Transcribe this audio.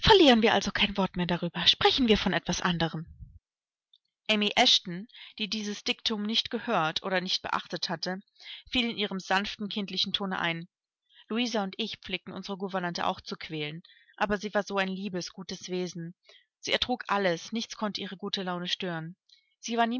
verlieren wir also kein wort mehr darüber sprechen wir von etwas anderem amy eshton die dieses diktum nicht gehört oder nicht beachtet hatte fiel in ihrem sanften kindlichen tone ein louisa und ich pflegten unsere gouvernante auch zu quälen aber sie war ein so liebes gutes wesen sie ertrug alles nichts konnte ihre gute laune stören sie war